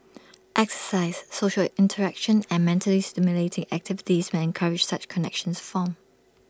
exercise social interaction and mentally stimulating activities may encourage such connections to form